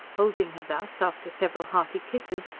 holding her thus, after several hearty kisses,